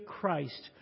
Christ